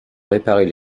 réparer